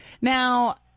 Now